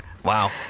Wow